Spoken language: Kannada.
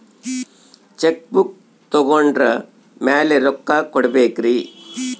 ಚೆಕ್ ಬುಕ್ ತೊಗೊಂಡ್ರ ಮ್ಯಾಲೆ ರೊಕ್ಕ ಕೊಡಬೇಕರಿ?